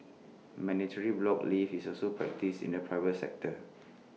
mandatory block leave is also practised in the private sector